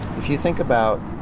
if you think about,